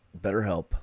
BetterHelp